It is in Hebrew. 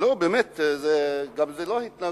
לא, באמת, גם זה לא התנהגות.